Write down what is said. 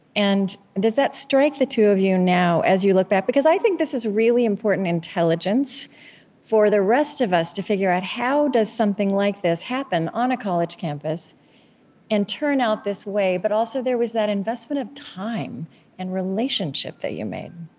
and does that strike the two of you now as you look back? because i think this is really important intelligence for the rest of us, to figure out, how does something like this happen on a college campus and turn out this way? but also, there was that investment of time and relationship that you made